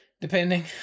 Depending